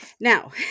Now